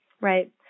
Right